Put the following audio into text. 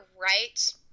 right